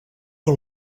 que